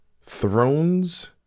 Thrones